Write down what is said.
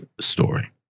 story